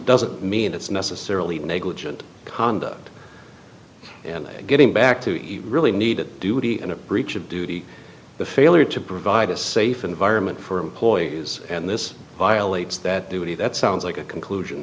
doesn't mean it's necessarily negligent conduct and getting back to really need duty and a breach of duty the failure to provide a safe environment for employees and this violates that duty that sounds like a conclusion